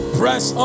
press